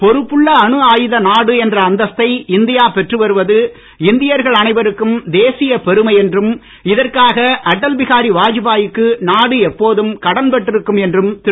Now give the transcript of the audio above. பொறுப்புள்ள அணு ஆயுத நாடு என்ற அந்தஸ்தை இந்தியா பெற்று வருவது இந்தியர்கள் அனைவருக்கும் தேசியப் பெருமை என்றும் இதற்காக அடல் பிஹாரி வாஜ்பாய் க்கு நாடு எப்போதும் கடன் பட்டிருக்கும் என்றும் திரு